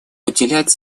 уделять